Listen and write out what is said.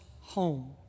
home